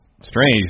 strange